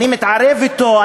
אני מתערב אתו,